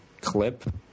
clip